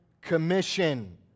commission